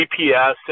GPS